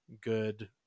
good